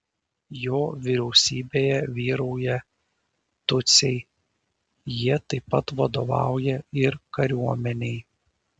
jo vyriausybėje vyrauja tutsiai jie taip pat vadovauja ir kariuomenei